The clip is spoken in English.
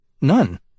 None